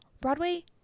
Broadway